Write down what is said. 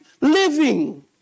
living